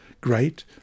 great